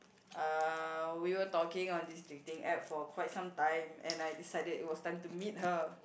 uh we were talking on this dating app for quite some time and I decided it was time to meet her